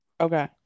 okay